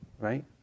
right